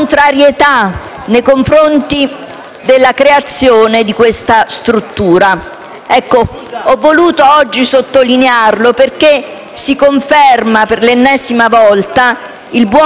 della creazione della struttura. Ho voluto oggi sottolinearlo, perché si conferma, per l'ennesima volta, il buon lavoro che stiamo facendo,